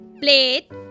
plate